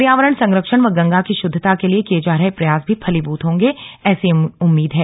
पर्यावरण संरक्षण व गंगा की शुद्धता के लिये किये जा रहे प्रयास भी फलीभूत होंगे ऐसी उम्मीद है